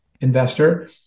investor